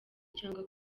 cyangwa